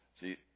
See